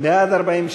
לסעיף 35,